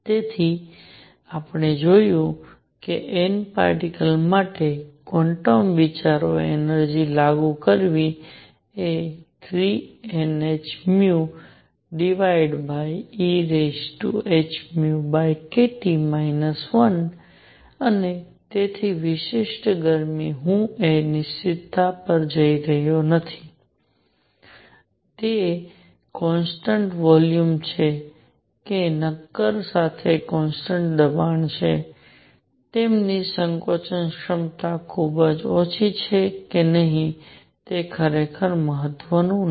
તેથી અમે જોયું કે N પાર્ટીક્લ્સ માટે ક્વોન્ટમ વિચારો એનર્જિ લાગુ કરવી એ 3NhνehνkT 1 અને તેથી વિશિષ્ટ ગરમી હું એ નિશ્ચિતતાઓ પર જઈ રહ્યો નથી કે તે કોન્સટન્ટ વોલ્યુમ છે કે નક્કર માટે કોન્સટન્ટ દબાણ છે તેમની સંકોચન ક્ષમતા ખૂબ ઓછી છે કે નહીં તે ખરેખર મહત્વનું નથી